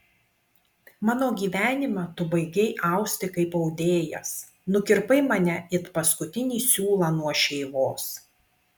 mano gyvenimą tu baigei austi kaip audėjas nukirpai mane it paskutinį siūlą nuo šeivos